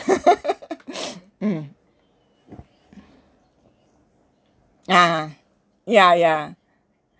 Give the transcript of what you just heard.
mm uh ya ya